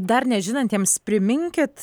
dar nežinantiems priminkit